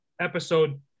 episode